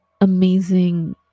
amazing